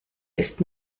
ist